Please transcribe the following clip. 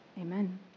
Amen